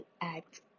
act